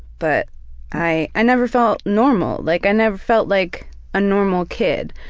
but i i never felt normal, like i never felt like a normal kid.